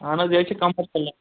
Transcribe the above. اہن حظ یہِ حظ چھِ